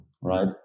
right